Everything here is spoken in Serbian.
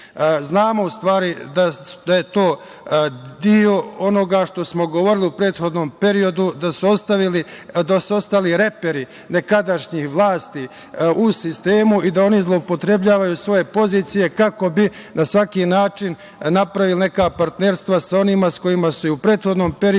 Znamo u stvari da je to deo onoga što smo govorili u prethodnom periodu, da su ostali reperi nekadašnje vlasti u sistemu i da oni zloupotrebljavaju svoje pozicije kako bi na svaki način napravili neka partnerstva sa onima sa kojima su i u prethodnom periodu